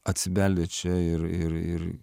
atsibeldė čia ir ir ir